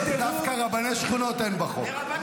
דווקא רבני שכונות אין בחוק.